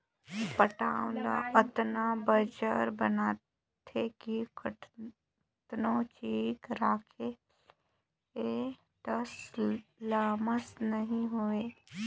पटांव ल अतना बंजर बनाथे कि कतनो चीज राखे ले टस ले मस नइ होवय